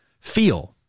feel